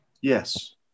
Yes